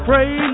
Pray